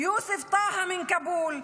יוסף טאהא מכאבול,